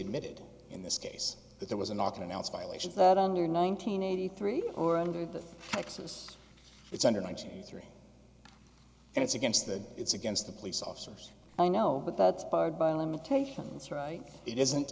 admitted in this case that there was a knock and announce violations that under nine hundred eighty three or under the texas it's under ninety three and it's against the it's against the police officers i know but that's part by limitations right it isn't